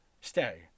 stay